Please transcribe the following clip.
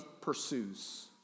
pursues